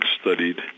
studied